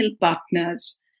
partners